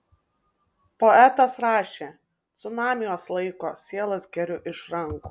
poetas rašė cunamiuos laiko sielas geriu iš rankų